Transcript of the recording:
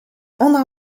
ona